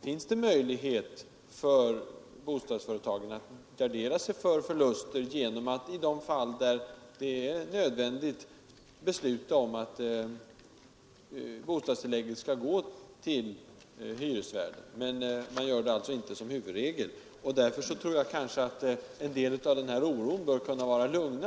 finns det möjlighet för bostadsföretagen att gardera sig mot förluster genom att i de fall där det är nödvändigt bostadstillägget kan gå till hyresvärden. Men man gör det alltså inte till huvudregel. Jag tror alltså att en hel del av den här oron bör kunna vara stillad.